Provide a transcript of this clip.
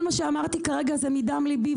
כל מה שאמרתי כרגע זה מדם ליבי,